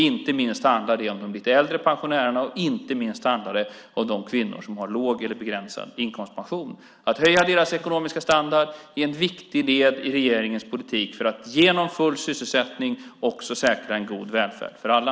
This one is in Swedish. Inte minst handlar det om de lite äldre pensionärerna, och inte minst handlar det om de kvinnor som har låg eller begränsad inkomstpension. Att höja deras ekonomiska standard är en viktig del i regeringens politik för att genom full sysselsättning också säkra en god välfärd för alla.